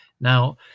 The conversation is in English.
Now